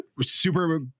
super